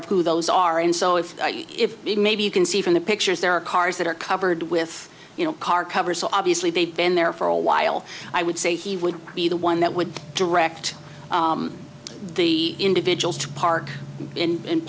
of who those are and so if if maybe you can see from the pictures there are cars that are covered with you know car cover so obviously they've been there for a while i would say he would be the one that would direct the individuals to park in and